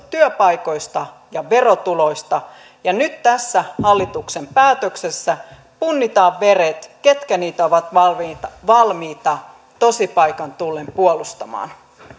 työpaikoista ja verotuloista ja nyt tässä hallituksen päätöksessä punnitaan veret ketkä niitä ovat valmiita valmiita tosipaikan tullen puolustamaan